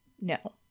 No